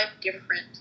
different